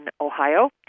Ohio